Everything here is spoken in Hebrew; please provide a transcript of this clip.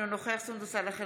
אינו נוכח סונדוס סאלח,